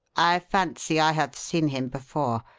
i fancy i have seen him before.